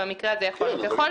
במקרה הזה יכולנו.